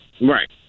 Right